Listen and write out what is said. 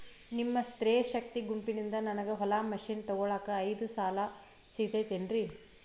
ನಿಮ್ಮ ಸ್ತ್ರೇ ಶಕ್ತಿ ಗುಂಪಿನಿಂದ ನನಗ ಹೊಲಗಿ ಮಷೇನ್ ತೊಗೋಳಾಕ್ ಐದು ಸಾಲ ಸಿಗತೈತೇನ್ರಿ?